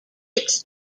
its